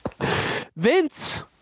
Vince